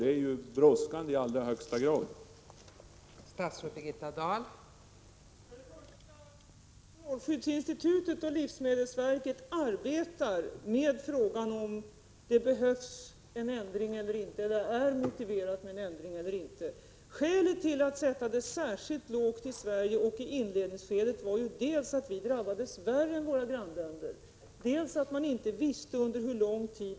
Det är ju i allra högsta grad brådskande.